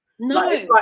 No